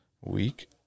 Week